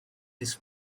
this